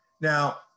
Now